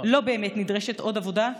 לא באמת נדרשת עוד עבודה,